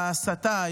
להסתה.